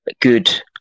good